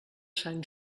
sant